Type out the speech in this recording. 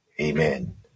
Amen